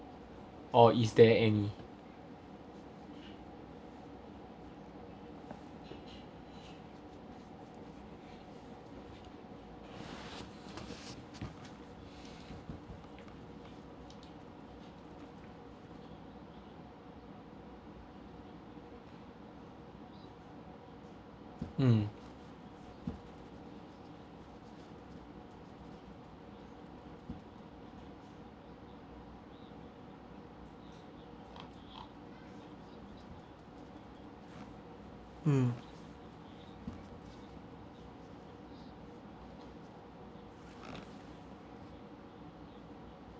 or is there any mm mm